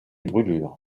brûlures